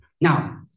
Now